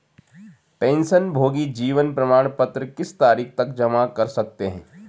पेंशनभोगी जीवन प्रमाण पत्र किस तारीख तक जमा कर सकते हैं?